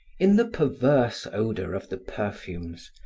in the perverse odor of the perfumes,